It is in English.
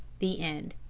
the end.